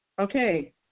Okay